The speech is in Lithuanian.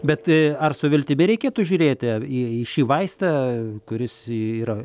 bet ar su viltimi reikėtų žiūrėti į šį vaistą kuris yra